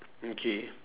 okay